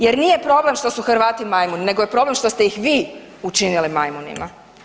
Jer nije problem što su Hrvati majmuni, nego je problem što ste ih vi učinili majmunima.